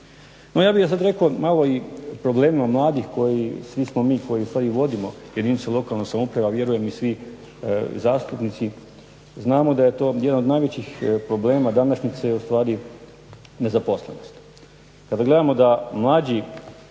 ja bih sad rekao malo i o problemima mladih koji, svi smo mi koji i vodimo jedinice lokalne samouprave, a vjerujem i svi zastupnici znamo da je to jedan od najvećih problema današnjice ustvari nezaposlenost. Kada gledamo da mlađi,